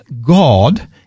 God